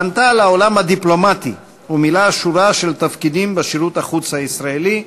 פנתה לעולם הדיפלומטי ומילאה שורת תפקידים בשירות החוץ הישראלי,